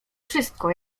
wszystko